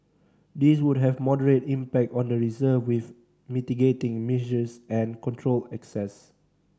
these would have moderate impact on the reserve with mitigating measures and controlled access